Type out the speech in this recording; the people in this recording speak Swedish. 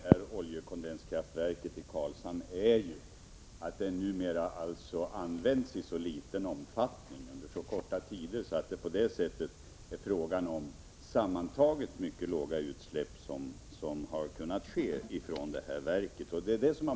Herr talman! Det speciella med oljekondenskraftverket i Karlshamn är ju att det numera används i så liten omfattning, under så korta tider, att det sammantaget är fråga om mycket låga utsläpp från detta verk.